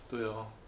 对 lor